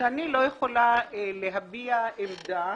שאיני יכולה להביע עמדה,